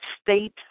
state